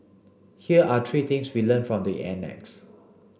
here are three things we learnt from the annex